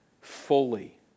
fully